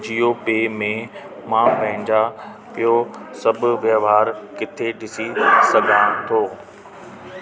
Jio pay में मां पंहिंजा इयो सभु वहिंवार किथे ॾिसी सघां थो